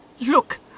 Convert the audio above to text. Look